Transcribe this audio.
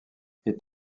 est